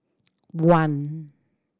one